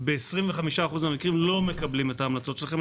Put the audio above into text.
ב-25% מהמקרים לא מקבלים את המלצותיכם?